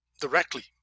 directly